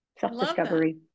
self-discovery